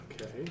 Okay